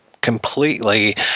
completely